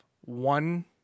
one